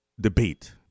debate